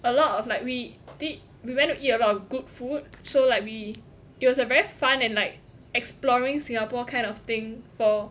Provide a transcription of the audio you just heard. a lot of like we did we went to eat a lot of good food so like we it was a very fun and like exploring Singapore kind of thing for